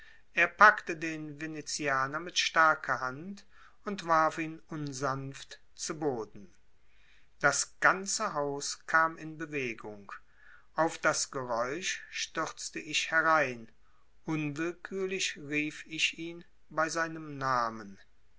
er packte den venezianer mit starker hand und warf ihn unsanft zu boden das ganze haus kam in bewegung auf das geräusch stürzte ich herein unwillkürlich rief ich ihn bei seinem namen